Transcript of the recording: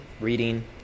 reading